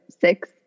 six